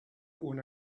own